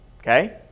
Okay